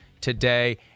today